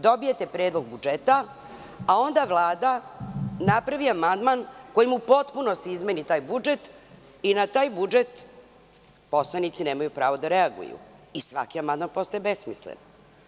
Dobijete predlog budžeta, a onda Vlada napravi amandman kojim u potpunosti izmeni taj budžet i na taj budžet poslanici nemaju pravo da reaguju i svaki amandman postaje besmislen.